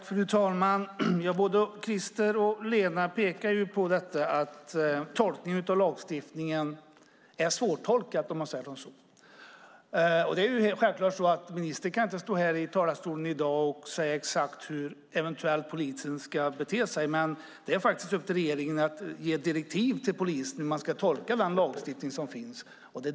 Fru talman! Både Christer och Lena pekar på att lagstiftningen är svårtolkad. Det är självklart att ministern inte kan stå här i talarstolen i dag och säga exakt hur polisen ska bete sig. Men det är faktiskt upp till regeringen att ge direktiv till polisen om hur man ska tolka den lagstiftning som finns.